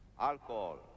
alcohol